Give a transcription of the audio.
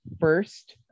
first